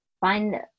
find